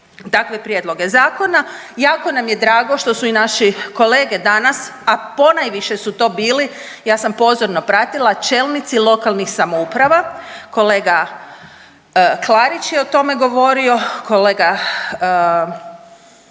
dakle prijedloge zakona i jako nam je drago što su i naši kolege danas, a ponajviše su to bili, ja sam pozorno pratila, čelnici lokalnih samouprava, kolega Klarić je o tome govorio, kolega,